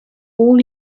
all